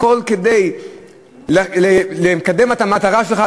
הכול כדי לקדם את המטרה שלך,